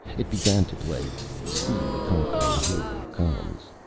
it began to play, see the conquering hero comes.